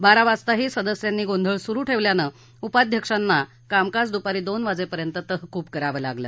बारा वाजताही सदस्यांनी गोंधळ सुरू ठेवल्यानं उपाध्यक्षांना कामकाज दुपारी दोन वाजेपर्यंत तहकूब करावं लागलं